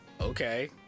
okay